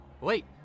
Wait